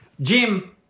Jim